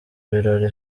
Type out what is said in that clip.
ibirori